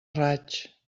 raig